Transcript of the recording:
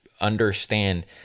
understand